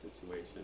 situation